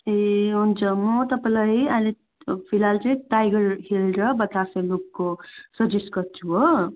ए हुन्छ म तपाईँलाई अहिले फिलहाल चाहिँ टाइगर हिल र बतासे लुपको सजेस्ट गर्छु हो